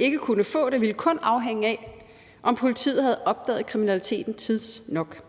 ikke kunne få det, ville kun afhænge af, om politiet havde opdaget kriminaliteten tidsnok.